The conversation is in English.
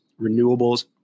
renewables